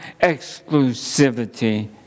exclusivity